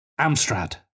Amstrad